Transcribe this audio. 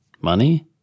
Money